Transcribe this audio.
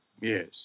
Yes